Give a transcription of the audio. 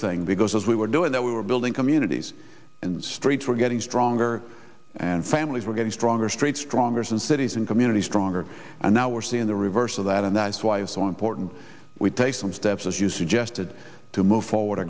thing because as we were doing that we were building communities in the streets were getting stronger and families were getting stronger streets stronger in cities and communities stronger and now we're seeing the reverse of that and that's why it's so important we take some steps as you suggested to move forward